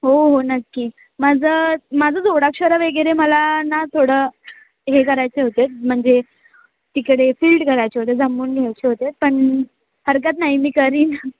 हो हो नक्कीच माझं माझं जोडाक्षरं वगैरे मला ना थोडं हे करायचे होते म्हणजे तिकडे फिल्ड करायचे होते जमवून घ्यायचे होते पण हरकत नाही मी करेन